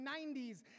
90s